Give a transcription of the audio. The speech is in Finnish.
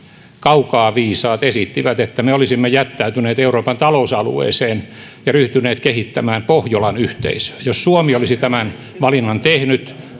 kaukaa viisaat esittivät että me olisimme jättäytyneet euroopan talousalueeseen ja ryhtyneet kehittämään pohjolan yhteisöä jos suomi olisi tämän valinnan tehnyt